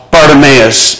Bartimaeus